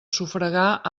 sufragar